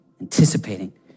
anticipating